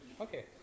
okay